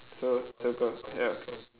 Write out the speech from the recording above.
so circle ya okay